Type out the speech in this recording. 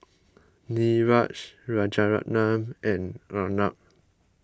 Niraj Rajaratnam and Arnab